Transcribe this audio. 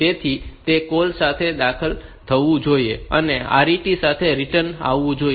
તેથી તે કૉલ સાથે દાખલ થવું જોઈએ અને RET સાથે રિટર્ન આવવું જોઈએ